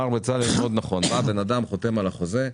בצלאל אמר מאוד נכון, בא בן אדם וחותם על החוזה.